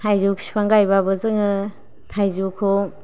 थायजौ फिफां गायबाबो जोङो थायजौखौ